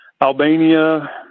Albania